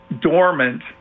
dormant